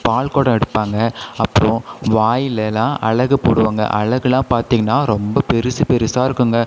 பால்குடம் எடுப்பாங்க அப்புறோம் வாய்லெலாம் அலகு போடுவாங்க அலகுலாம் பார்த்தீங்கன்னா ரொம்ப பெருசு பெருசாக இருக்குங்க